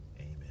Amen